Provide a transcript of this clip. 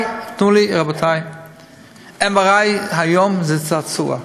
MRI היום זה צעצוע.